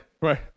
Right